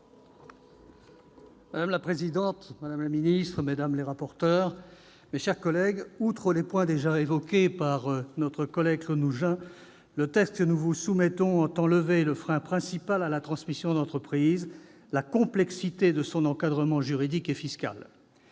Madame la présidente, madame la secrétaire d'État, mesdames les rapporteurs, mes chers collègues, outre les points déjà évoqués par M. Claude Nougein, le texte que nous vous soumettons tend à lever le frein principal à la transmission d'entreprise, à savoir la complexité de son encadrement juridique et fiscal.